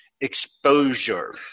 exposure